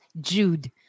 Jude